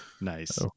nice